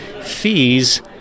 fees